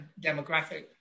demographic